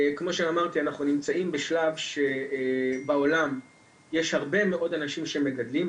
כמו שאמרתי אנחנו נמצאים בשלב שבעולם יש הרבה מאוד אנשים שמגדלים,